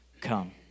come